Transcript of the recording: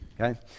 okay